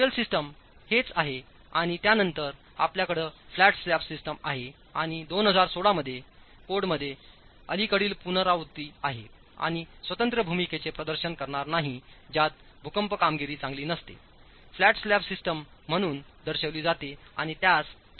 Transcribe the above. dual system हेच आहे आणि त्यानंतर आपल्याकडे फ्लॅट स्लॅब सिस्टीम आहेत आणि 2016 मध्ये कोडमध्ये अलिकडील पुनरावृत्ती आहे आणि स्वतंत्र भूमिकेचे प्रदर्शन करणार नाही ज्यात भूकंप कामगिरी चांगली नसते फ्लॅट स्लॅब सिस्टम म्हणून दर्शविली जाते आणि त्यास प्रबलित कंक्रीटच्या बाहेर खेचले जाते